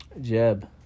Jeb